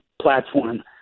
platform